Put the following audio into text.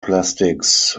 plastics